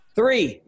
three